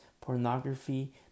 pornography